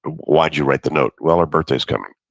why'd you write the note? well, her birthday is coming.